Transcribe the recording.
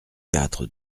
quatre